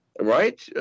right